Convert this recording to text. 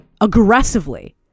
Aggressively